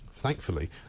Thankfully